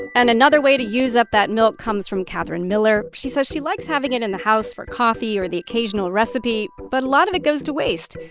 and another way to use up that milk comes from catherine miller. she says she likes having it in the house for coffee or the occasional recipe, but a lot of it goes to waste.